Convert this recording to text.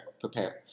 prepare